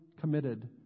committed